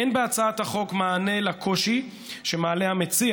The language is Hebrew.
אין בהצעת החוק מענה לקושי שמעלה המציע,